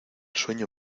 sueño